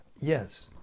Yes